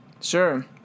Sure